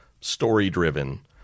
story-driven –